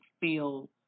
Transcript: feel